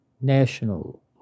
national